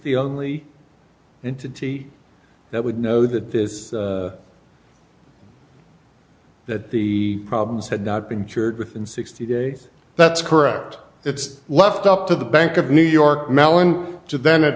the only entity that would know that this that the problems had not been cured within sixty days that's correct it's left up to the bank of new york mellon to then a